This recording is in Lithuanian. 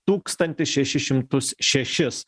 tūkstantį šešis šimtus šešis